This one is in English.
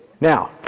Now